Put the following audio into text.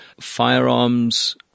firearms